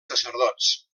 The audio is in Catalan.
sacerdots